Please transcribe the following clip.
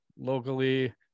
locally